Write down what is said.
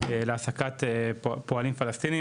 ולהעסקת פועלים פלסטינים,